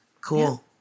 Cool